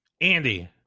Andy